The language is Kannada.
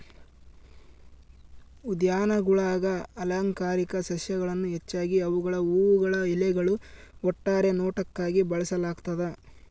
ಉದ್ಯಾನಗುಳಾಗ ಅಲಂಕಾರಿಕ ಸಸ್ಯಗಳನ್ನು ಹೆಚ್ಚಾಗಿ ಅವುಗಳ ಹೂವುಗಳು ಎಲೆಗಳು ಒಟ್ಟಾರೆ ನೋಟಕ್ಕಾಗಿ ಬೆಳೆಸಲಾಗ್ತದ